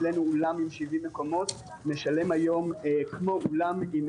אולם עם 70 מקומות משלם היום כמו אולם,